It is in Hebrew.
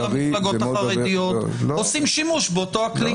המפלגות החרדיות עושים שימוש באותו הכלי.